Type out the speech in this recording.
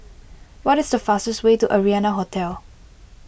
what is the fastest way to Arianna Hotel